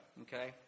okay